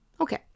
Okay